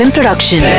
Production